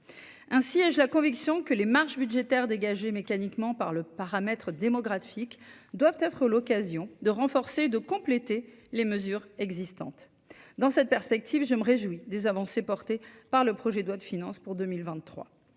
si j'ai la conviction que les marges budgétaires dégagés mécaniquement par le paramètre démographique doivent être l'occasion de renforcer et de compléter les mesures existantes dans cette perspective, je me réjouis des avancées portées par le projet de loi de finances pour 2023,